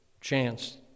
chance